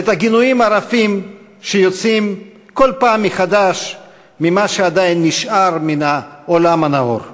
את הגינויים הרפים שיוצאים כל פעם מחדש ממה שעדיין נשאר מן העולם הנאור.